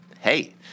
Hey